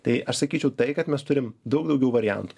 tai aš sakyčiau tai kad mes turim daug daugiau variantų